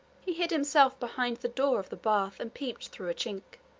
he hid himself behind the door of the bath, and peeped through a chink.